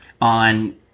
on